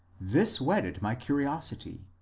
this whetted my curiosity,